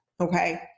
Okay